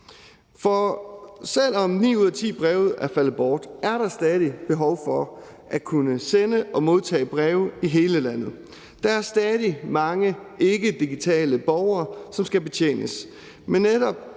selv om ni ud af ti breve er faldet bort, er der stadig behov for at kunne sende og modtage breve i hele landet. Der er stadig mange ikkedigitale borgere, som skal betjenes.